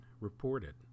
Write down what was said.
reported